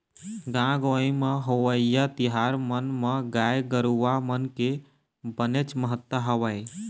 गाँव गंवई म होवइया तिहार मन म गाय गरुवा मन के बनेच महत्ता हवय